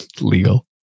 Legal